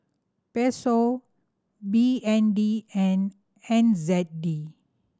Peso B N D and N Z D